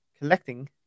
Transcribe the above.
collecting